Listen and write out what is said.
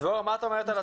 דבורה, מה את אומרת?